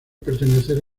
pertenecer